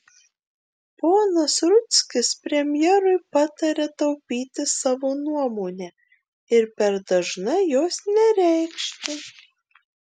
ponas rudzkis premjerui pataria taupyti savo nuomonę ir per dažnai jos nereikšti